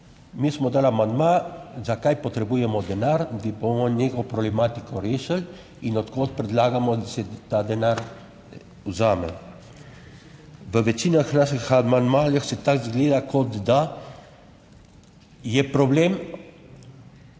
mi smo dali amandma, zakaj potrebujemo denar, da bomo neko problematiko rešili in od kod predlagamo, da se ta denar vzame. V večina naših amandmajev se tako izgleda kot, da je problem